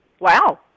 Wow